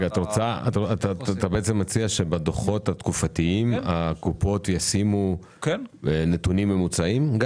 אתה מציע שהקופות ישימו בדוחות התקופתיים נתונים ממוצעים,